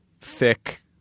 thick